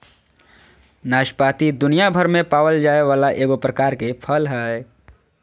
नाशपाती दुनियाभर में पावल जाये वाला एगो प्रकार के फल हइ